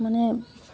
মানে